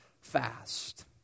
fast